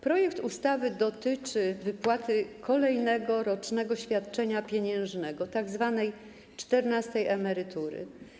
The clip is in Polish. Projekt ustawy dotyczy wypłaty kolejnego rocznego świadczenia pieniężnego, tzw. czternastej emerytury.